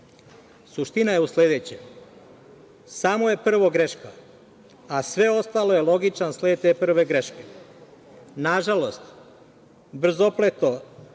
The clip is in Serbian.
je u sledećem. Samo je prvo greška, a sve ostalo je logičan sled te prve greške. Nažalost, brzopleto